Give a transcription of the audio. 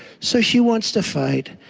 so she wants to fight.